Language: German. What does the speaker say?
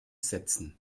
setzen